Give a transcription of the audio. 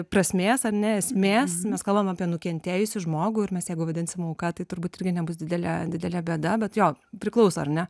prasmės ar ne esmės mes kalbam apie nukentėjusį žmogų ir mes jeigu vadinsim auka tai turbūt irgi nebus didelė didelė bėda bet jo priklauso ar ne